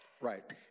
right